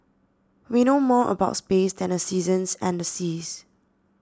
we know more about space than the seasons and the seas